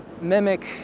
mimic